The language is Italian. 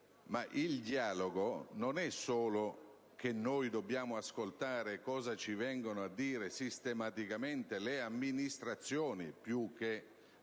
vuol dire però che noi dobbiamo ascoltare cosa ci vengono a dire sistematicamente le amministrazioni più che